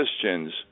Christians